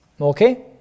Okay